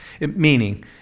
Meaning